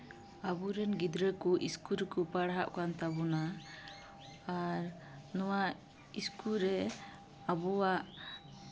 ᱟᱵᱚᱨᱮᱱ ᱜᱤᱫᱽᱨᱟᱹ ᱠᱚ ᱤᱥᱠᱩᱞ ᱨᱮᱠᱚ ᱯᱟᱲᱦᱟᱜ ᱠᱟᱱ ᱛᱟᱵᱳᱱᱟ ᱟᱨ ᱱᱚᱣᱟ ᱤᱥᱠᱩᱞ ᱨᱮ ᱟᱵᱚᱣᱟᱜ